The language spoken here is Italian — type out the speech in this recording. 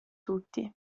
tutti